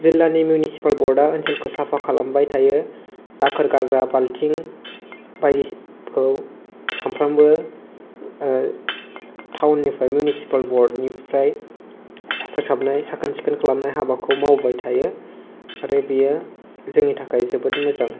जिलानि मिउनिसिपाल बर्डा ओनसोलखौ साफा खालामबाय थायो दाखोर गारग्रा बाल्टिं बायदिखौ सानफ्रामबो ओ टाउननिफ्राय मिउनिसिपाल बर्डनिफ्राय फोसाबनाय साखोन सिखोन खालामनाय हाबाखौ मावबाय थायो आरो बियो जोंनि थाखाय जोबोद मोजां